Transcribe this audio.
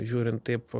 žiūrint taip